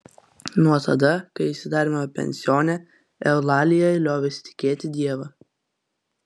nuo tada kai įsidarbino pensione eulalija liovėsi tikėti dievą